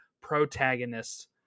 protagonists